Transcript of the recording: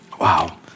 wow